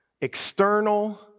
external